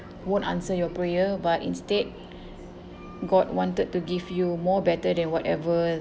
won't answer your prayer but instead god wanted to give you more better than whatever